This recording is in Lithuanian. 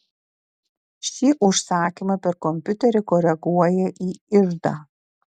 ši užsakymą per kompiuterį koreguoja į iždą